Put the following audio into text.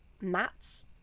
mats